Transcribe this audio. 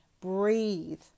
breathe